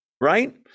right